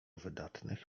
wydatnych